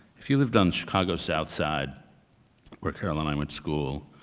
if you lived on chicago's south side where carol and i went school,